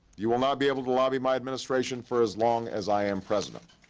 you will not be able to lobby my administration for as long as i am president.